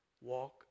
walk